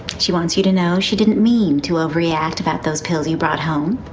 she wants you to know she didn't mean to over-react about those pills you brought home,